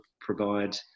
provide